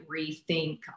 rethink